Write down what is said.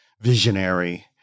visionary